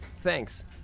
Thanks